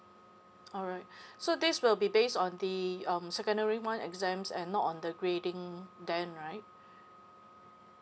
alright so this will be based on the um secondary one exams and not on the grading then right